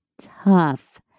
tough